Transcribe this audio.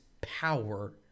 power